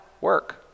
work